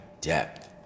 depth